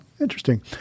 interesting